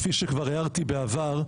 כפי שכבר הערתי בעבר,